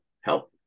help